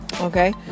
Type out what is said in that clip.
Okay